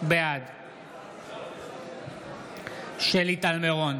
בעד שלי טל מירון,